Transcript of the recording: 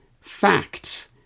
facts